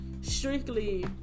strictly